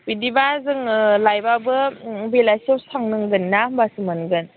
बिदिबा जोङो लायबाबो बेलासियावसो थांनांगोनना होमबासो मोनगोन